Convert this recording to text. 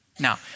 Now